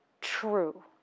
true